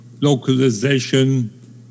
localization